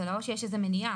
זה לא שיש איזה מניעה,